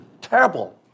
terrible